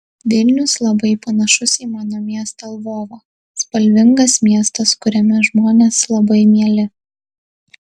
vilnius labai panašus į mano miestą lvovą spalvingas miestas kuriame žmonės labai mieli